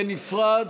בנפרד,